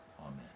amen